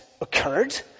occurred